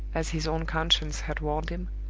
as his own conscience had warned him,